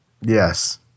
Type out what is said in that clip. Yes